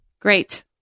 Great